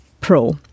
Pro